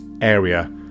area